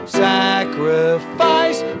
sacrifice